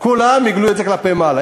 כולם עיגלו את זה כלפי מעלה.